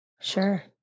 Sure